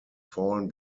fallen